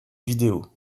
vidéo